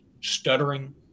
stuttering